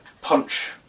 punch